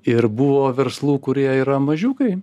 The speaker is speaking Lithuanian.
ir buvo verslų kurie yra mažiukai